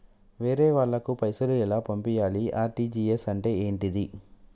వేరే వాళ్ళకు పైసలు ఎలా పంపియ్యాలి? ఆర్.టి.జి.ఎస్ అంటే ఏంటిది?